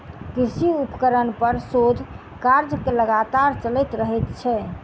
कृषि उपकरण पर शोध कार्य लगातार चलैत रहैत छै